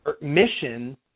mission